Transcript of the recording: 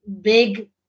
big